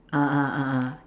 ah ah ah ah